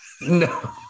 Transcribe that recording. no